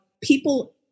people